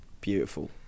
beautiful